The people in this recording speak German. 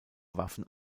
waffen